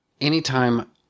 anytime